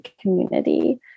community